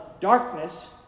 darkness